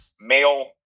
male